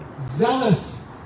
zealous